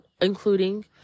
including